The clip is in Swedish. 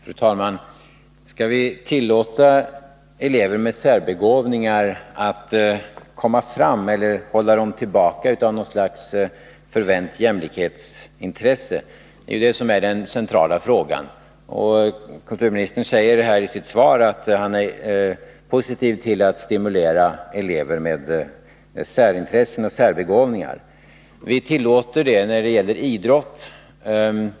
Fru talman! Skall vi tillåta elever med särbegåvningar att komma fram, eller skall vi hålla dem tillbaka i något slags förvänt jämlikhetsintresse? Det är detta som är den centrala frågan. Kulturministern säger i sitt svar att han är positiv till att stimulera elever med särintressen och särbegåvningar. Vi tillåter det när det gäller idrott.